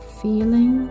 feeling